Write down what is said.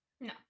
No